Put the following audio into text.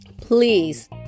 please